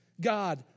God